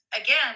again